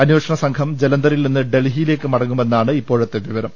അന്വേഷണസംഘം ജലന്ധ റിൽ നിന്ന് ഡൽഹിയിലേക്ക് മടങ്ങുമെന്നാണ് ഇപ്പോഴത്തെ വിവരം